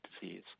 disease